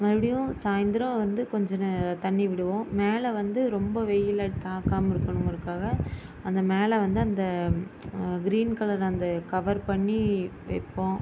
மறுபடியும் சாயந்தரம் வந்து கொஞ்சம் நே தண்ணி விடுவோம் மேலே வந்து ரொம்ப வெயில் தாக்காமல் இருக்கணுங்கிறக்காக அந்த மேலே வந்து அந்த க்ரீன் கலர் அந்த கவர் பண்ணி வைப்போம்